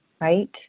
right